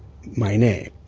my name.